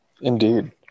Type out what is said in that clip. Indeed